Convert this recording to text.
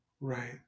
right